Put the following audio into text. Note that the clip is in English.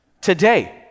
today